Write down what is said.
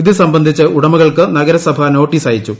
ഇതു സംബന്ധിച്ച് ഉടമകൾക്ക് നഗരസഭ നോട്ടീസ് അയച്ചു